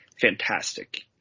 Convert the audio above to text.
fantastic